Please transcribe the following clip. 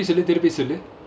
திருப்பி சொல்லு:thiruppi sollu